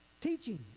teaching